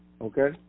Okay